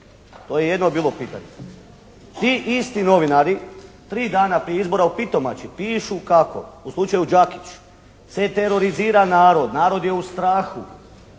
To je jedno bilo pitanje. Ti isti novinari tri dana prije izbora u Pitomači pišu kako u slučaju Đakić se terorizira narod, narod je u strahu,